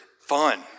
fun